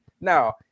Now